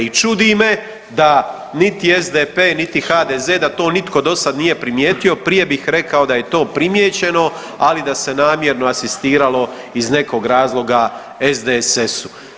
I čudi me da niti SDP, niti HDZ da to nitko do sada nije primijetio, prije bih rekao da je to primijećeno, ali da se namjerno asistiralo iz nekog razloga SDSS-u.